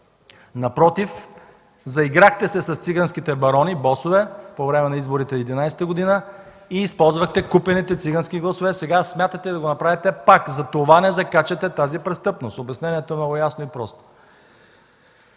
Напротив, заиграхте се с циганските барони и босове по време на изборите през 2011 г. и използвахте купените цигански гласове. Сега смятате да го направите пак и затова не закачате тази престъпност. Обяснението е много ясно и просто.